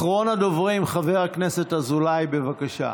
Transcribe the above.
אחרון הדוברים, חבר הכנסת אזולאי, בבקשה.